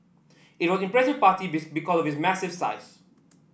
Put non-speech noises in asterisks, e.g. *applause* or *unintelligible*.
it was impressive party *unintelligible* because of massive size